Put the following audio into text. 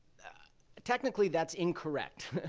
technically that's incorrect.